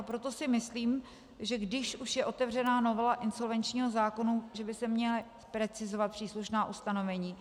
Proto si myslím, že když už je otevřená novela insolvenčního zákona, měla by se precizovat příslušná ustanovení.